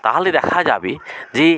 তাহলে দেখা যাবে যে